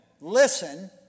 listen